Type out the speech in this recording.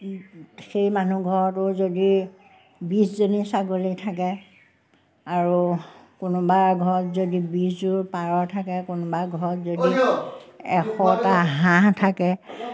সেই মানুহ ঘৰতো যদি বিছজনী ছাগলী থাকে আৰু কোনোবা এঘৰত যদি বিছযোৰ পাৰ থাকে কোনোবা এঘৰত যদি এশটা হাঁহ থাকে